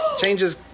Changes